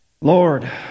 Lord